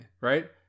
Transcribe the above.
right